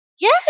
Yes